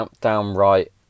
downright